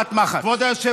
משפט מחץ.